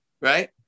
Right